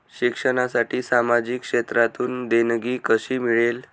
शिक्षणासाठी सामाजिक क्षेत्रातून देणगी कशी मिळेल?